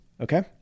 okay